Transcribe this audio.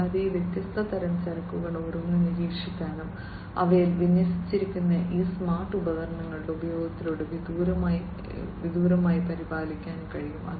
കൂടാതെ ഈ വ്യത്യസ്ത തരം ചരക്കുകൾ ഓരോന്നും നിരീക്ഷിക്കാനും അവയിൽ വിന്യസിച്ചിരിക്കുന്ന ഈ സ്മാർട്ട് ഉപകരണങ്ങളുടെ ഉപയോഗത്തിലൂടെ വിദൂരമായി പരിപാലിക്കാനും കഴിയും